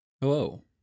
Hello